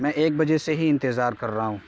میں ایک بجے سے ہی انتظار کر رہا ہوں